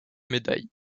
médailles